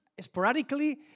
sporadically